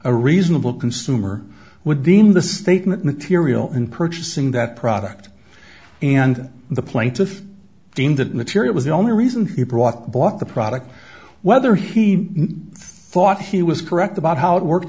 a reasonable consumer would deem the statement material in purchasing that product and the plaintiff deemed that material was the only reason he brought bought the product whether he thought he was correct about how it worked